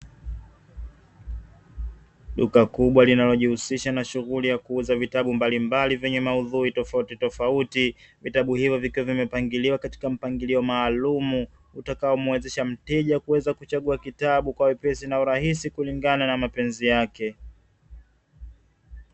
Duka kubwa linalojihusisha na shughuli ya kuuza vitabu mbalimbali vyenye maudhui tofautitofauti. Vitabu hivyo vikiwa vimepangiliwa katika mpangilio maalumu utakaomuwezesha mteja kuweza kuchagua kitabu kwa wepesi na urahisi, kulingana na mapenzi yake.